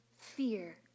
fear